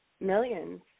millions